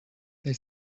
they